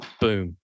Boom